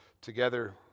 together